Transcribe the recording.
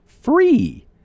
free